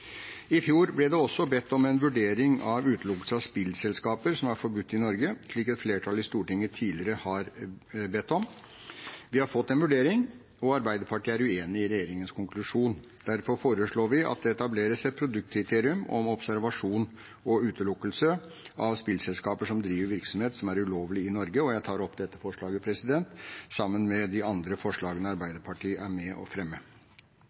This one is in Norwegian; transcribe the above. I fjor ble det også bedt om en vurdering av utelukkelse av spillselskaper som er forbudt i Norge, slik et flertall i Stortinget tidligere har bedt om. Vi har fått en vurdering, og Arbeiderpartiet er uenig i regjeringens konklusjon. Derfor foreslår vi at det etableres et produktkriterium om observasjon og utelukkelse av spillselskaper som driver virksomhet som er ulovlig i Norge. Jeg tar opp dette forslaget og de andre forslagene Arbeiderpartiet er med på å fremme.